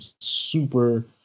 super